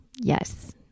Yes